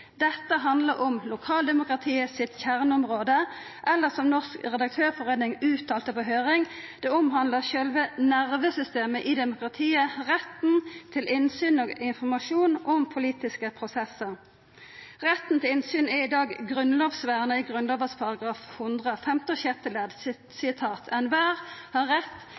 Dette handlar om kjerneområdet i lokaldemokratiet, eller som Norsk Redaktørforening uttalte på høyring: omhandler det vi kan kalle selve nervesystemet i demokratiet; retten til innsyn og informasjon i politiske prosesser.» Retten til innsyn er i dag grunnlovsverna, i Grunnlova § 100 femte og sjette ledd: «Enhver har rett